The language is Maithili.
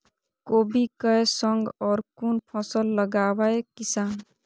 कोबी कै संग और कुन फसल लगावे किसान?